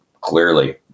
clearly